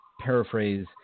paraphrase